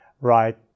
right